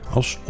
als